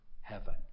heaven